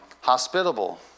Hospitable